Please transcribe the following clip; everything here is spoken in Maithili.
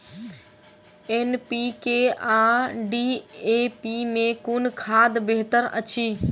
एन.पी.के आ डी.ए.पी मे कुन खाद बेहतर अछि?